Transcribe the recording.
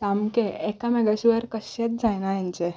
सामके एकामेकां शिवाय कशेंच जायना हांचें